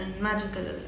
magical